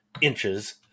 inches